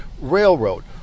Railroad